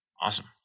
Awesome